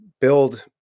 build